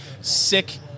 sick